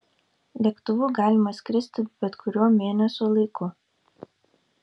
lėktuvu galima skristi bet kuriuo mėnesio laiku